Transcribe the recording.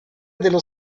dello